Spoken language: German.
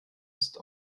ist